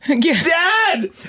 Dad